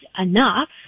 enough